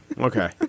okay